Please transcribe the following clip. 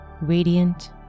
radiant